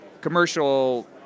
commercial